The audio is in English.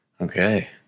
Okay